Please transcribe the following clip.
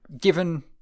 given